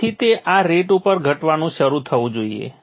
તેથી તે આ રેટ ઉપર ઘટવાનું શરૂ થવું જોઈએ